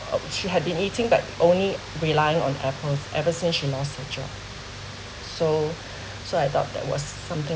uh she had been eating but only relying on apples ever since she lost her job so so I thought that was something